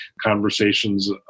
conversations